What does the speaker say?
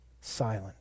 Silent